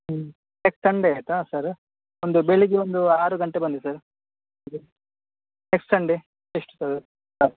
ಹ್ಞೂ next Sunday ಆಯಿತಾ sir ಒಂದು ಬೆಳಗ್ಗೆ ಒಂದು ಆರು ಗಂಟೆ ಬನ್ನಿ ಸರ್ ಇದೆ ನೆಕ್ಸ್ಟ್ ಸಂಡೇ ಎಷ್ಟು ಸರ್ ಹಾಂ